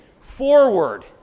Forward